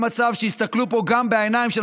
שיהיה מצב שיסתכלו פה גם בעיניים של